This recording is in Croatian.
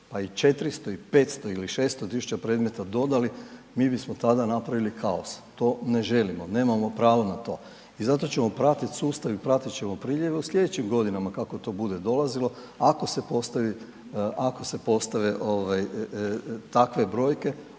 pa i 400 i 500 ili 600.000 predmeta dodali, mi bismo tada napravili kaos, to ne želimo, nemamo pravo na to. I zato ćemo pratiti sustav i prati ćemo priljeve u slijedećim godinama kako to bude dolazilo ako se postavi, ako se